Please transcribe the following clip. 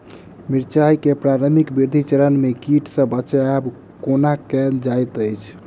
मिर्चाय केँ प्रारंभिक वृद्धि चरण मे कीट सँ बचाब कोना कैल जाइत अछि?